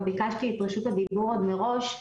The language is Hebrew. גם ביקשתי את רשות הדיבור מראש,